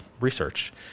research